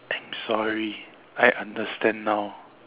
I'm sorry I understand now